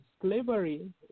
slavery